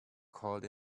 called